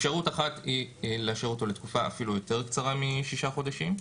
אפשרות אחת היא לאשר אותו לתקופה אפילו יותר קצרה משישה חודשים.